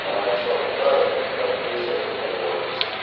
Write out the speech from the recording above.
and throwing dirt, but at least they could obey orders